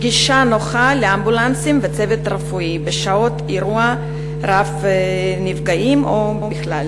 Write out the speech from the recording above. גישה נוחה לאמבולנסים ולצוות בשעת אירוע רב נפגעים או בכלל.